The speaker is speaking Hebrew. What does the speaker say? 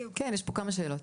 כן, יש פה כמה שאלות.